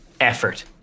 effort